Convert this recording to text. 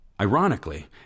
Ironically